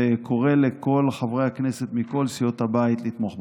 וקורא לכל חברי הכנסת מכל סיעות הבית לתמוך בחקיקה.